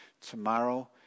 tomorrow